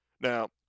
Now